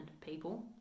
people